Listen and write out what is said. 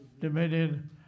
dominion